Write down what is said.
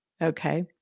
Okay